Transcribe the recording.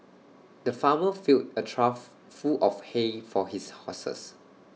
the farmer filled A trough full of hay for his horses